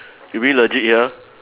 you really legit here